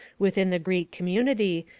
within the greek community,